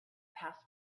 passed